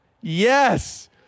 Yes